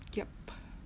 yup